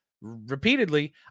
repeatedly